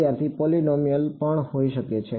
વિદ્યાર્થી પોલીનોમિયલ પણ હોઈ શકે છે